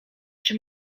czy